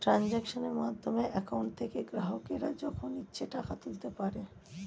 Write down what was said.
ট্রানজাক্শনের মাধ্যমে অ্যাকাউন্ট থেকে গ্রাহকরা যখন ইচ্ছে টাকা তুলতে পারে